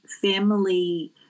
family